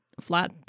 flat